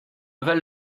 val